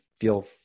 feel